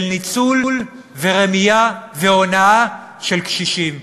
ניצול ורמייה והונאה של קשישים,